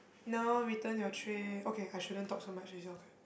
now return your tray okay I shouldn't talk so much is your